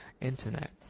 Internet